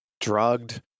drugged